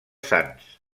sants